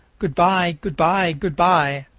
good-by good-by good-by!